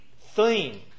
theme